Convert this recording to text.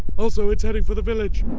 also, it's heading for the village.